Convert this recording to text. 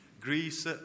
Greece